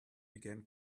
began